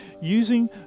using